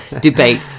debate